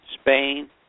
Spain